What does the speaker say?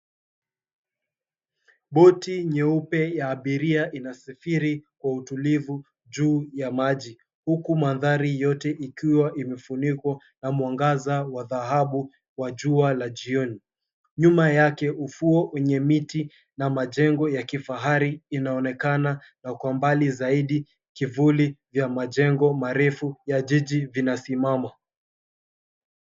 Boti nyeupe ya abiria inasafiri kwa utulivu juu ya maji huku mandhari yote ikiwa imefunikwa na mwangaza wa dhahabu ya jua la jioni. Nyuma yake, ufuo wenye miti na majengo ya kifahari inaonekana na kwa mbali zaidi, kivuli vya majengo marefu ya jiji vinasimama.